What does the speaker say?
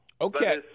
Okay